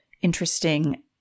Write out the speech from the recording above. interesting